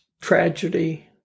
tragedy